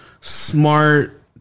smart